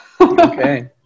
Okay